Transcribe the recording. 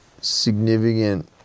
significant